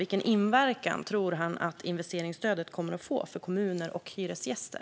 Vilken inverkan tror han att investeringsstödet kommer att få för kommuner och hyresgäster?